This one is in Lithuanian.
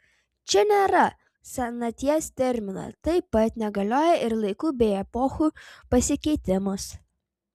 čia nėra senaties termino taip pat negalioja ir laikų bei epochų pasikeitimas